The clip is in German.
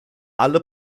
alle